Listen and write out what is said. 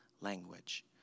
language